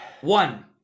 one